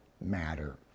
matter